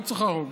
לא צריך להרוג,